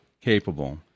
capable